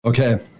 Okay